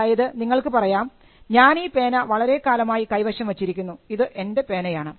അതായത് നിങ്ങൾക്ക് പറയാം ഞാൻ ഈ പേന വളരെ കാലമായി കൈവശം വച്ചിരിക്കുന്നു ഇത് എൻറെ പേനയാണ്